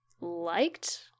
liked